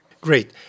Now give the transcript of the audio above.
Great